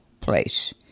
place